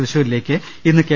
തൃശൂരിലേക്ക് ഇന്ന് കെ